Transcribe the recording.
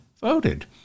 voted